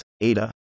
Ada